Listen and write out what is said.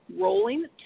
Rolling